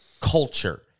culture